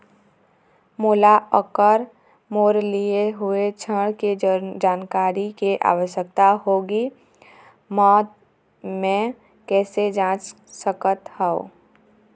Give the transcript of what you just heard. मोला अगर मोर लिए हुए ऋण के जानकारी के आवश्यकता होगी त मैं कैसे जांच सकत हव?